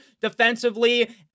defensively